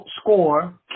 score